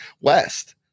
West